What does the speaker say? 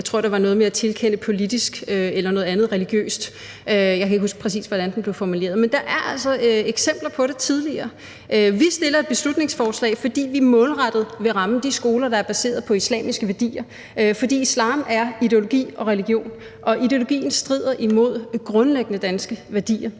måtte udtrykke noget politisk eller religiøst. Jeg kan ikke huske, hvordan det præcis blev formuleret. Men der er altså eksempler på det fra tidligere. Vi fremsætter et beslutningsforslag, fordi vi målrettet vil ramme de skoler, der er baseret på islamiske værdier, fordi islam er ideologi og religion, og ideologien strider imod grundlæggende danske værdier.